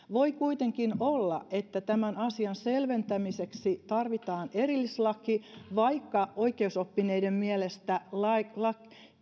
voi kuitenkin olla että tämän asian selventämiseksi tarvitaan erillislaki vaikka oikeusoppineiden mielestä